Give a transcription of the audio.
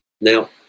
Now